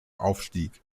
aufstieg